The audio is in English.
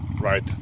Right